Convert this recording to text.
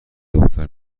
دختر